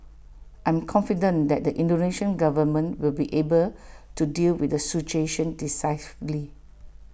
I am confident that the Indonesian government will be able to deal with the situation decisively